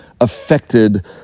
affected